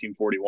1941